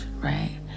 right